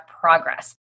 progress